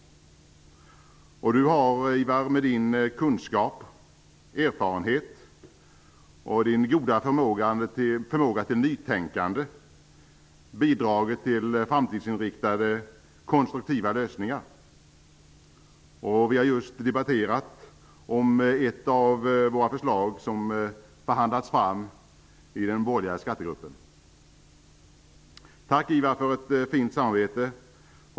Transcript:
Han har med sin kunskap och erfarenhet och med sin goda förmåga till nytänkande bidragit till framtidsinriktade konstruktiva lösningar. Vi har just diskuterat ett av våra förslag som har förhandlats fram i den borgerliga skattegruppen. Tack, Ivar Franzén, för ett fint samarbete.